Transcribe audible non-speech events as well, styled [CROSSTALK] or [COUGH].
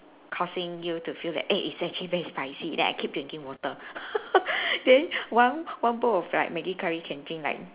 causing you to feel that eh it's actually very spicy then I keep drinking water [LAUGHS] then one one bowl of like Maggi curry can drink like